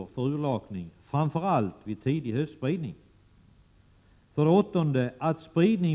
Några exempel.